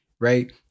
right